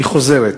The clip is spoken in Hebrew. חוזרת.